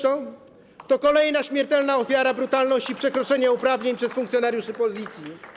To kolejna śmiertelna ofiara brutalności, przekroczenia uprawnień przez funkcjonariuszy Policji.